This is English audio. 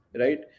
Right